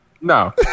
no